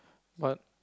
what